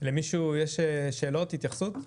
למישהו שאלות והתייחסויות?